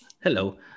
Hello